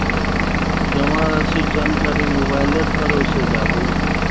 जमा राशिर जानकारी मोबाइलेर पर ओसे जाबे